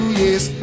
yes